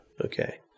Okay